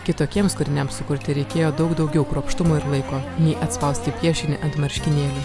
kitokiems kūriniams sukurti reikėjo daug daugiau kruopštumo ir laiko nei atspausti piešinį ant marškinėlių